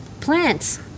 Plants